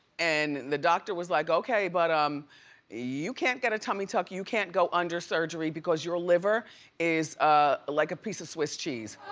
and the doctor was like, okay, but um you can't get a tummy tuck, you can't go under surgery because your liver is ah like a piece of swiss cheese.